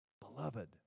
beloved